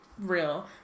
Real